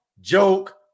joke